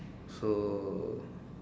so